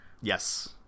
Yes